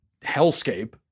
hellscape